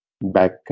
back